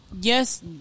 Yes